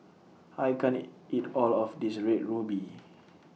I can't eat All of This Red Ruby